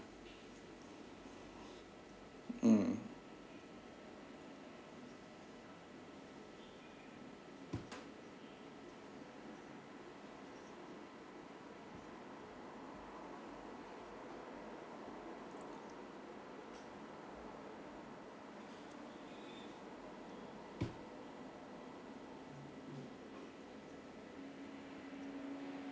mm